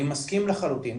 אני מסכים לחלוטין,